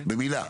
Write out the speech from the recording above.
תאמר במילה.